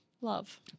Love